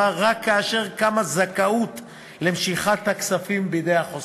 רק כאשר קמה זכאות למשיכת הכספים בידי החוסך,